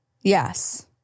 yes